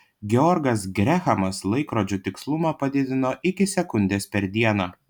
georgas grehamas laikrodžių tikslumą padidino iki sekundės per dieną